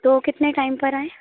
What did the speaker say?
तो कितने टाइम पर आएँ